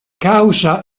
causa